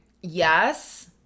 yes